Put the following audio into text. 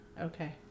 Okay